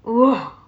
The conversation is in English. !whoa!